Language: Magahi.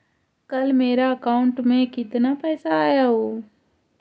कल मेरा अकाउंटस में कितना पैसा आया ऊ?